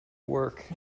work